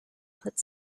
put